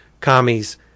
commies